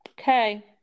okay